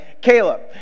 Caleb